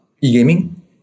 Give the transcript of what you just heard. e-gaming